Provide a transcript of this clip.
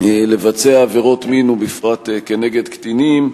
לבצע עבירות מין, ובפרט כנגד קטינים,